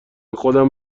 خودم